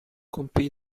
compì